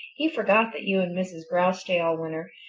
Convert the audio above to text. he forgot that you and mrs. grouse stay all winter,